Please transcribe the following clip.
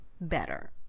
better